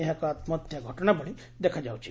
ଏହା ଏକ ଆତ୍ମହତ୍ୟା ଘଟଶା ଭଳି ଦେଖାଯାଉଛି